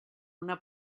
una